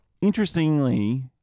interestingly